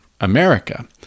America